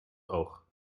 oog